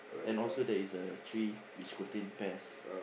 and also there is a tree which contain pest